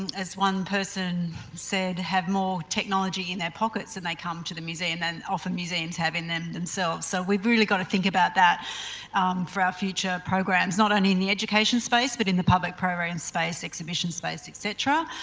as one person said have more technology in their pockets when they come to the museum than often museums have in them themselves. so, we've really got to think about that for our future programs, not only in the education space but in the public program and space, exhibition space etcetera.